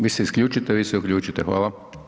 Vi se isključite a vi se uključite, hvala.